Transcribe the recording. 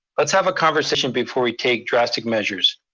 let's have a conversation before we take drastic measures.